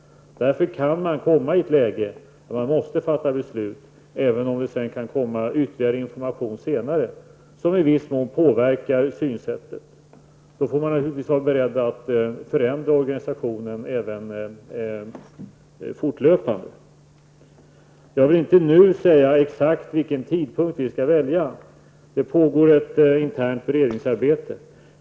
Därför kan man komma i ett läge då man måste fatta beslut även om det senare kan komma ytterligare information som i viss mån påverkar synsättet. Då får man naturligtvis vara beredd att förändra organisationen även fortlöpande. Jag vill inte nu säga exakt vilken tidpunkt vi skall välja. Det pågår ett internt beredningsarbete.